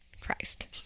christ